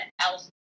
else